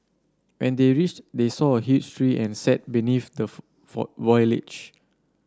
when they reached they saw a huge tree and sat beneath the for for